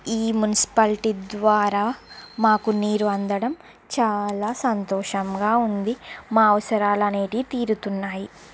ఈ మున్సిపాలిటీ ద్వారా మాకు నీరు అందడం చాలా సంతోషంగా ఉంది మా అవసరాలు అనేవి తీరుతున్నాయి